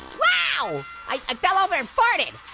wow! i fell over and farted!